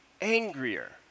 angrier